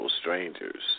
strangers